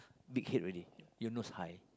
big head already you nose high